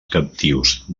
captius